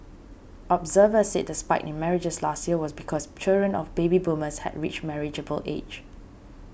observers said the spike in marriages last year was because children of baby boomers had reached marriageable age